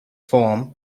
form